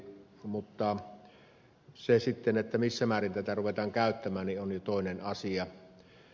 mutta sitten se missä määrin tätä ruvetaan käyttämään on jo toinen asia